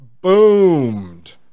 boomed